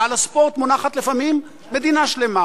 הרי על הספורט מונחת לפעמים מדינה שלמה,